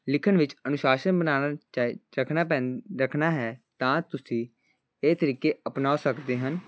ਲਿਖਣ ਵਿੱਚ ਅਨੁਸ਼ਾਸਨ ਬਣਾਉਣਾ ਚਾਹੀਦਾ ਰੱਖਣਾ ਪੈਂਦ ਰੱਖਣਾ ਹੈ ਤਾਂ ਤੁਸੀਂ ਇਹ ਤਰੀਕੇ ਅਪਣਾ ਸਕਦੇ ਹਨ